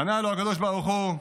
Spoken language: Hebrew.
ענה לו הקדוש ברוך הוא: